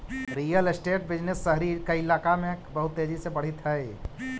real estate business शहरी कइलाका में बहुत तेजी से बढ़ित हई